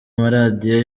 maradiyo